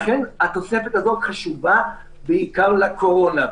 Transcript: לכן התוספת הזאת חשובה בעיקר לקורונה,